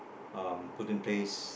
um put in place